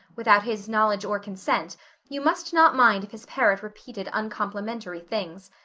without his knowledge or consent you must not mind if his parrot repeated uncomplimentary things.